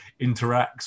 interacts